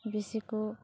ᱵᱮᱥᱤ ᱠᱚ